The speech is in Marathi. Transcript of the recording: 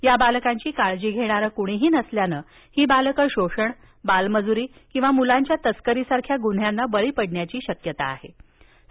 या बालकांची काळजी घेणारं कुणीही नसल्यानं ही बालक शोषण बालमजुरी किंवा मुलांच्या तस्करीसारख्या गुन्ह्यांना बळी पडण्याची शक्यता जास्त आहे